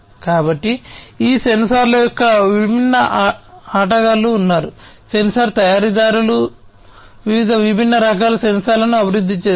కాబట్టి ఈ సెన్సార్ల యొక్క విభిన్న ఆటగాళ్ళు ఉన్నారు సెన్సార్ తయారీదారులు వివిధ విభిన్నరకాల సెన్సార్లను అభివృద్ధి చేస్తారు